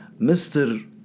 Mr